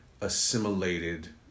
assimilated